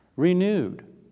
Renewed